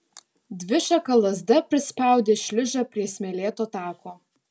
dvišaka lazda prispaudė šliužą prie smėlėto tako